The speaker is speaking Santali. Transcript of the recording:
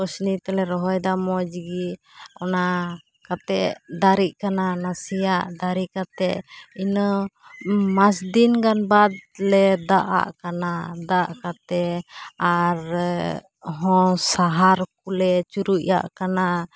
ᱯᱟᱹᱥᱱᱤ ᱛᱮᱞᱮ ᱨᱚᱦᱚᱭᱮᱫᱟ ᱢᱚᱡ ᱜᱮ ᱚᱱᱟ ᱠᱟᱛᱮ ᱫᱟᱨᱮᱜ ᱠᱟᱱᱟ ᱱᱟᱥᱮᱭᱟᱜ ᱫᱟᱨᱮ ᱠᱟᱛᱮ ᱤᱱᱟᱹ ᱢᱟᱥ ᱫᱤᱱ ᱜᱟᱱ ᱵᱟᱫ ᱞᱮ ᱫᱟᱜ ᱟᱜ ᱠᱟᱱᱟ ᱫᱟᱜ ᱠᱟᱛᱮ ᱟᱨ ᱦᱚᱸ ᱥᱟᱦᱟᱨ ᱠᱚᱞᱮ ᱪᱩᱨᱩᱡ ᱟᱜ ᱠᱟᱱᱟ